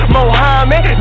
Mohammed